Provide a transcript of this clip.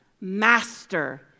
Master